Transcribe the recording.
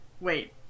Wait